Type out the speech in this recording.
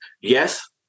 Yes